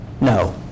No